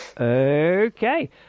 okay